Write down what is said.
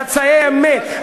חצאי אמת,